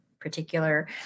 particular